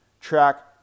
track